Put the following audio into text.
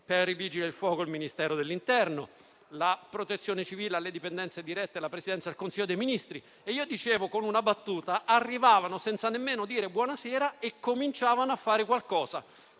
per i Vigili del fuoco il Ministero dell'interno, per la Protezione civile la Presidenza del Consiglio dei ministri. Io dicevo, con una battuta, che arrivavano senza nemmeno dire buonasera e cominciavano a fare qualcosa